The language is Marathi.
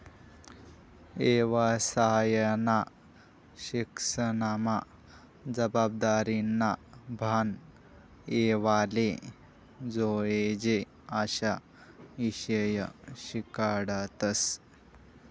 येवसायना शिक्सनमा जबाबदारीनं भान येवाले जोयजे अशा ईषय शिकाडतस